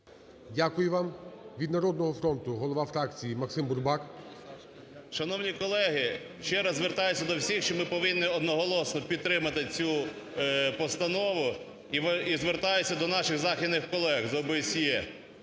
Дякую вам. Від "Народного фронту" голова фракції Максим Бурбак. 17:51:11 БУРБАК М.Ю. Шановні колеги, ще раз звертаюся до всіх, що ми повинні одноголосно підтримати цю постанову, і звертаюсь до наших західних колег з ОБСЄ.